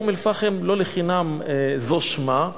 לא לחינם אום-אל-פחם זה שמה.